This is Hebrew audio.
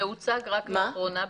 זה הוצג רק לאחרונה.